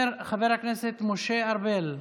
חבר הכנסת משה ארבל.